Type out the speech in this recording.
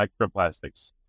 microplastics